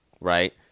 right